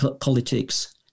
politics